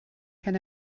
kann